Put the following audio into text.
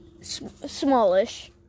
smallish